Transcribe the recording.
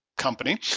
company